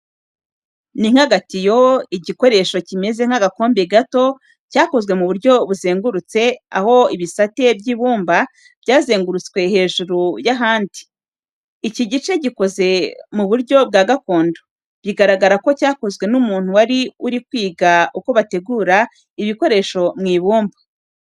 Ni nk'agatiyo, igikoresho kimeze nk’agakombe gato, cyakozwe mu buryo buzengurutse, aho ibisate by’ibumba byazengurutswe hejuru y’ahandi. Iki gice gikoze mu buryo bwa gakondo, bigaragara ko cyakozwe n’umuntu wari uri kwiga uko bategura ibikoresho mu ibumba.